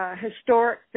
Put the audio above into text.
historic